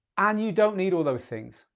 and you don't need all those things.